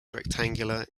rectangular